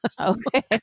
Okay